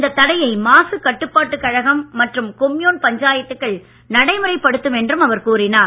இந்த தடையை மாசுக் கட்டுப்பாட்டுக் கழகம் மற்றும் கொம்யூன் பஞ்சாயத்துகள் நடைமுறைப்படுத்தும் என்று அவர் கூறினார்